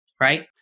right